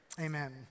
Amen